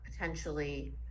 potentially